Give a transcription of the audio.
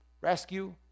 rescue